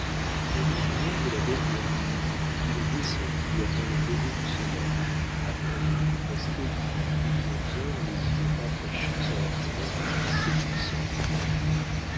le lendemain de la dernière nuit il descendit avant le lever du soleil après être resté durant plusieurs heures les yeux attachés sur la fenêtre d'une cellule sans grille